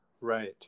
right